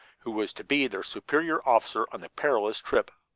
who was to be their superior officer on the perilous trip.